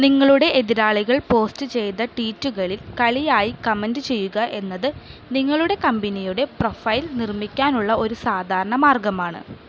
നിങ്ങളുടെ എതിരാളികൾ പോസ്റ്റു ചെയ്ത ട്വീറ്റുകളിൽ കളിയായി കമൻറ്റ് ചെയ്യുക എന്നത് നിങ്ങളുടെ കമ്പനിയുടെ പ്രൊഫൈൽ നിർമ്മിക്കാനുള്ള ഒരു സാധാരണ മാർഗമാണ്